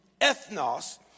ethnos